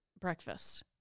breakfast